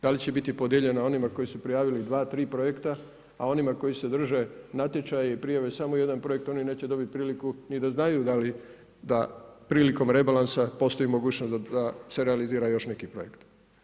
Da li će biti podijeljena onima koji su pirjavili 2, 3 projekta a onima koji se drže natječaja i prijave samo jedan projekt oni neće dobiti priliku ni da znaju da li da prilikom rebalansa postoji mogućnost da se realizira još neki projekt.